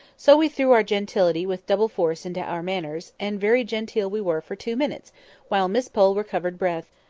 so we threw our gentility with double force into our manners, and very genteel we were for two minutes while miss pole recovered breath,